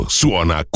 suona